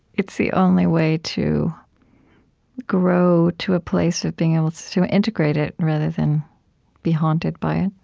it's the only way to grow to a place of being able to to integrate it rather than be haunted by it